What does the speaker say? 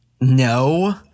No